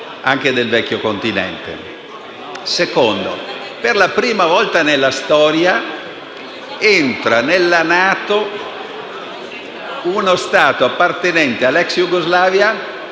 per la prima volta nella storia entra nella NATO uno Stato appartenente all'ex Jugoslavia,